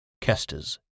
Kester's